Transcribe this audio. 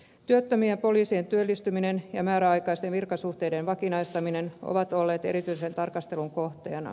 työttömien poliisien työllistyminen ja määräaikaisten virkasuhteiden vakinaistaminen ovat olleet erityisen tarkastelun kohteena